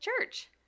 Church